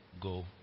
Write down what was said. go